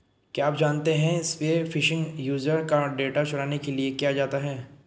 क्या आप जानते है स्पीयर फिशिंग यूजर का डेटा चुराने के लिए किया जाता है?